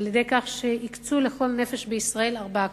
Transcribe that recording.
בכך שהקצו לכל נפש בישראל 4 קוב.